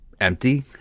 empty